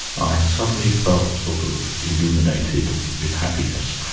i suddenly felt sort of illuminated with happiness.